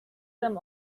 them